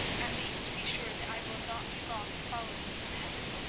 at least be sure that i will not be long in following you to heaven.